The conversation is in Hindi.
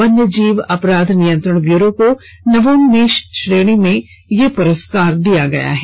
वन्य जीव अपराध नियंत्रण ब्यूरो को नवोन्मेष श्रेणी में पुरस्कार मिला है